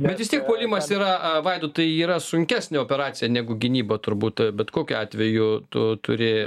bet vis tiek puolimas yra vaidotai yra sunkesnė operacija negu gynyba turbūt bet kokiu atveju tu turi